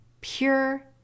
Pure